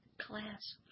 class